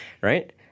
Right